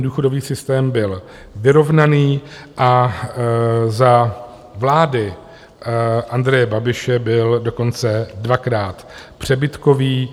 Důchodový systém byl vyrovnaný, a za vlády Andreje Babiše byl dokonce dvakrát přebytkový.